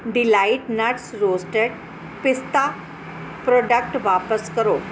delight Nuts roasted pista product ਵਾਪਸ ਕਰੋ